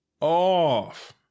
off